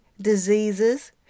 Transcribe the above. diseases